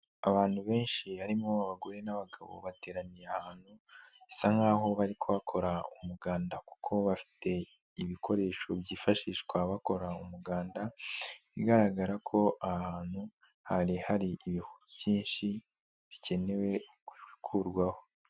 Abantu benshi harimo abagore n'abagabo bateraniye ahantu, bisa nk'aho bari kwahakora umuganda kuko bafite ibikoresho byifashishwa bakora umuganda, bigaragara ko ahantu, hari hari ibihuru byinshi bikenewe gukurwaho.